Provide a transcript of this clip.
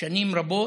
שנים רבות,